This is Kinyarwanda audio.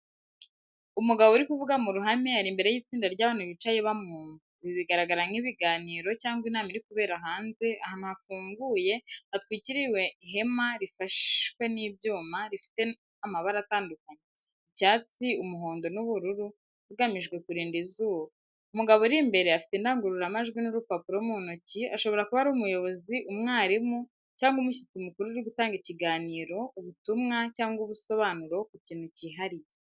Umugabo uri kuvuga mu ruhame, ari imbere y’itsinda ry’abantu bicaye bamwumva. Ibi bigaragara nk'ibiganiro cyangwa inama iri kubera hanze, ahantu hafunguye hatwikiriwe ihema rifashwe n'ibyuma rifite amabara atandukanye icyatsi, umuhondo n’ubururu hagamijwe kurinda izuba. Umugabo uri imbere afite indangururamajwi n’urupapuro mu ntoki ashobora kuba ari umuyobozi, umwarimu cyangwa umushyitsi mukuru uri gutanga ikiganiro, ubutumwa, cyangwa ubusobanuro ku kintu cyihariye.